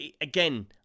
again